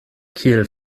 kiel